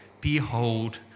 behold